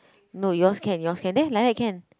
no yours can yours can there like that can